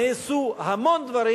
נעשו המון דברים